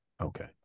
Okay